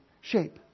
shape